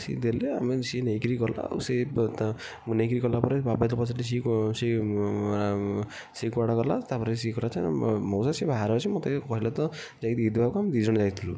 ସିଏ ଦେଲେ ଆମେ ସିଏ ନେଇକରି ଗଲା ଆଉ ସେ ନେଇକରି ଗଲାପରେ ବାବା ତ ପଚାରିଲେ ସେ ସିଏ କୁଆଡ଼େ ଗଲା ତା'ପରେ ସେ କହିଲା ସେ ମଉସା ସେ ବାହାରେ ଅଛି ମୋତେ କହିଲା ତ ଯାଇକି ଦେଇ ଦବାକୁ ଆମେ ଦୁଇଜଣ ଯାଇଥିଲୁ